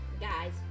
Guys